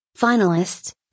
Finalists